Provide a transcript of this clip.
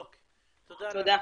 תודה.